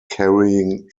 carrying